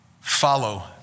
follow